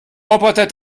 roboter